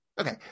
okay